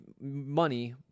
money